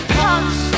punks